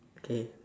okay